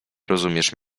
rozumiesz